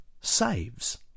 saves